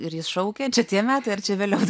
ir jis šaukė čia tie metai ar čia vėliau